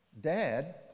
Dad